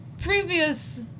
previous